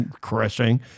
Crushing